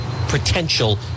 potential